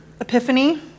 Epiphany